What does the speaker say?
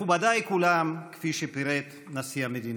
מכובדיי כולם, כפי שפירט נשיא המדינה,